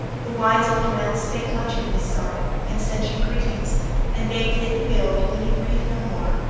the wise old man spake much in his sorrow, and sent you greetings and bade that ye build, when he breathed no more,